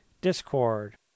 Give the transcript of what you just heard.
Discord